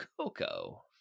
Coco